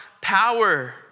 power